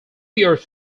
years